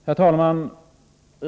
Herr talman!